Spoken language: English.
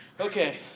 Okay